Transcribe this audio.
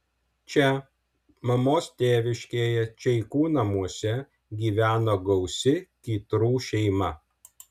čia mamos tėviškėje čeikų namuose gyveno gausi kytrų šeima